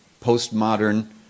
postmodern